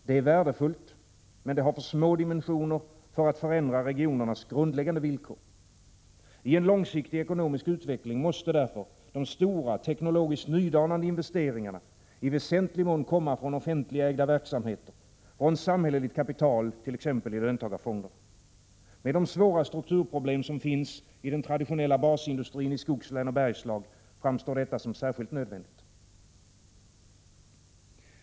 Det är värdefullt men har för små dimensioner för att förändra regionernas grundläggande villkor. I en långsiktig ekonomisk utveckling måste därför de stora, teknologiskt nydanande investeringarna i väsentlig mån komma från offentligägda verksamhe ter, från samhälleligt kapital t.ex. i löntagarfonderna. Med de svåra strukturproblem som finns i den traditionella basindustrin i skogslän och bergslag framstår detta som särskilt nödvändigt.